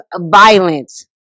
violence